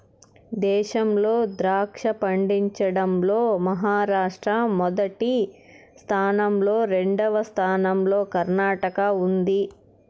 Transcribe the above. దేశంలో ద్రాక్ష పండించడం లో మహారాష్ట్ర మొదటి స్థానం లో, రెండవ స్థానం లో కర్ణాటక ఉంది